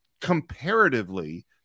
comparatively